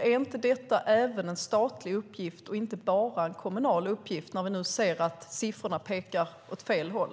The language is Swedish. Är inte detta även en statlig uppgift och inte bara en kommunal uppgift när vi ser att siffrorna pekar åt fel håll?